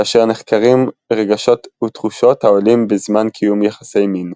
כאשר נחקרים רגשות ותחושות העולים בזמן קיום יחסי מין.